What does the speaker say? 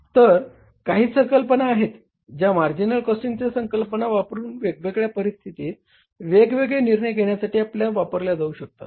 तर या काही संकल्पना आहेत ज्या मार्जिनल कॉस्टिंगची संकल्पना वापरुन वेगवेगळ्या परिस्थितीत वेगवगळे निर्णय घेण्यासाठी वापरल्या जाऊ शकतात